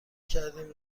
کردیم